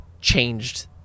changed